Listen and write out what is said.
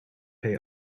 pay